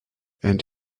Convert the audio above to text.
and